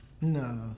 No